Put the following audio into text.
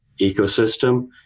ecosystem